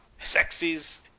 Sexies